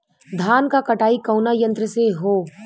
धान क कटाई कउना यंत्र से हो?